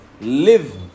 Live